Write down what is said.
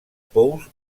pous